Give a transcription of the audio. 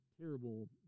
terrible